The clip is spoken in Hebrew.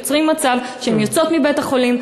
יוצרים מצב שהן יוצאות מבית-החולים,